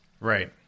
Right